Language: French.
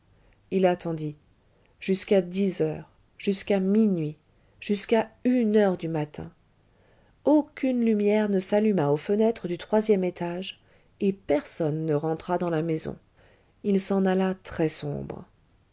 il attendit jusqu'à dix heures jusqu'à minuit jusqu'à une heure du matin aucune lumière ne s'alluma aux fenêtres du troisième étage et personne ne rentra dans la maison il s'en alla très sombre